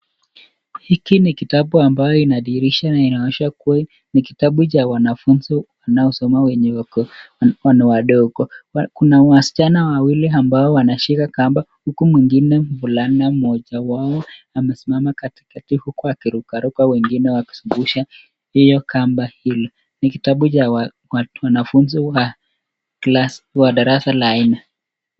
Hiki ni kitabu ambayo inadhihirisha na inaonyesha kuwa ni kitabu cha wanafunzi wanaosoma wenyewe wako wadogo. Kuna wasichana wawili ambao wanashika kamba huku mwingine mvulana mmoja wao amesimama katikati huku akirukaruka wengine wakizungusha hiyo kamba hilo. Ni kitabu cha wanafunzi wa wa darasa la nne.